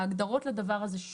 ההגדרות לדבר הזה,